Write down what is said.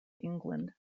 england